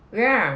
ya